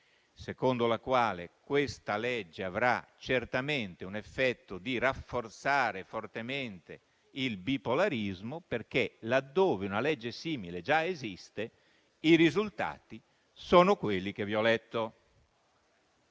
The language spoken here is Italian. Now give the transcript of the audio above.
secondo la quale questa legge avrà certamente l'effetto di rafforzare fortemente il bipolarismo, perché laddove una legge simile già esiste, i risultati sono quelli che vi ho letto.